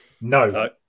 No